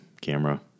camera